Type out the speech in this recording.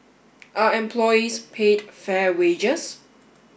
are employees paid fair wages